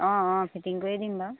অঁ অঁ ফিটিং কৰিয়ে দিম বাৰু